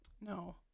No